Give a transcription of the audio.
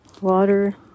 water